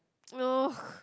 ugh